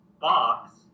box